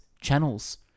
channels